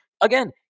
again